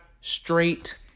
Straight